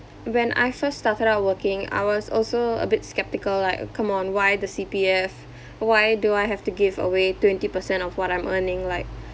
when I first started out working I was also a bit sceptical like come on why the C_P_F why do I have to give away twenty percent of what I'm earning like